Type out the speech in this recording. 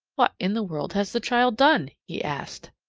what in the world has the child done? he asked.